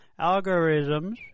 Algorithms